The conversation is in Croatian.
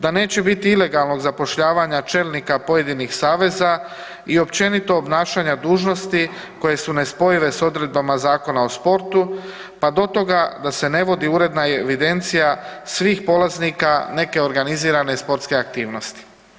Da neće biti ilegalnog zapošljavanja čelnika pojedinih saveza i općenito obnašanja dužnosti koje su nespojive s odredbama Zakona o sportu pa do toga da se ne vodi uredna evidencija svih polaznika neke organizirane sportske aktivnosti.